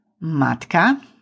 Matka